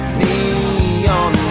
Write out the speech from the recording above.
neon